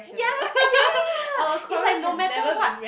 ya ya it's like no matter what